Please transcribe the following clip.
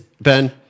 Ben